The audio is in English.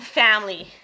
family